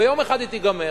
ויום אחד היא תיגמר.